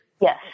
Yes